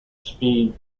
speed